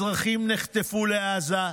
אזרחים נחטפו לעזה.